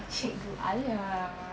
cikgu aliah